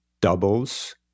doubles